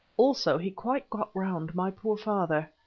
also he quite got round my poor father.